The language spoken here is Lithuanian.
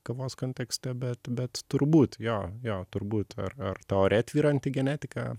kavos kontekste bet bet turbūt jo jo turbūt ar ar ta ore tvyranti genetika